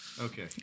Okay